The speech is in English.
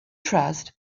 trust